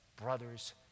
brothers